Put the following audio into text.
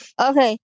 Okay